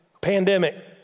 pandemic